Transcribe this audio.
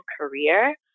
career